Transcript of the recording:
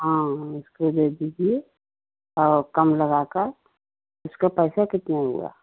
हाँ हाँ इसको जो है दीजिए और कम लगा कर इसका पैसा कितना हुआ